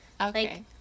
Okay